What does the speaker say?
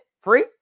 Free